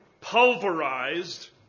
pulverized